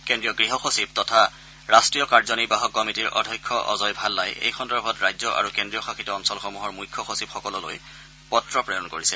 কেন্দ্ৰীয় গৃহ সচিব তথা ৰাষ্টীয় কাৰ্যনিৰ্বাহক কমিটিৰ অধ্যক্ষ অজয় ভাল্লাই এই সন্দৰ্ভত ৰাজ্য আৰু কেন্দ্ৰীয় শাসিত অঞ্চলসমূহৰ মুখ্য সচিবসকললৈ পত্ৰ প্ৰেৰণ কৰিছে